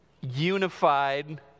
unified